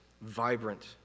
vibrant